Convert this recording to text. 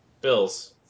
Bills